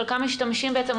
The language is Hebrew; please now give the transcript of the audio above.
חלקם משתמשים בעצם,